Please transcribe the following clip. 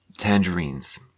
tangerines